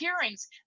hearings